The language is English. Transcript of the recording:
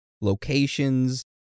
locations